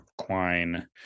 Quine